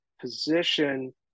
position